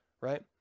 right